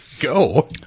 Go